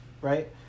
right